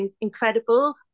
incredible